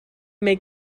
make